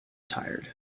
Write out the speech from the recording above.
tired